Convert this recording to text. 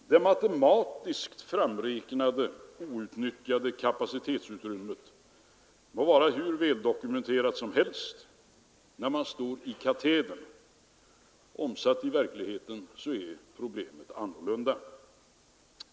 Det matematiskt framräknade outnyttjade kapacitetsutrymmet må vara hur väldokumenterat som helst när man står i katedern — omsatt i verkligheten är problemet annorlunda.